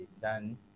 done